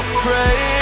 pray